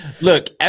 look